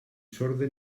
sorda